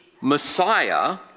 Messiah